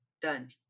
Done